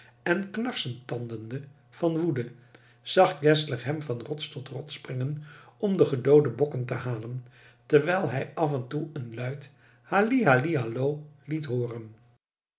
en knarsetandende van woede zag geszler hem van rots tot rots springen om de gedoode bokken te halen terwijl hij af en toe een luid halli halli hallo liet hooren